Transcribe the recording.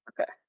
okay